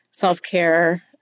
self-care